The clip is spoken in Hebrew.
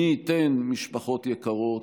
מי ייתן, משפחות יקרות,